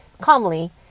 calmly